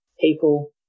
people